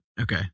Okay